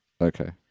Okay